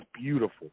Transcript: beautiful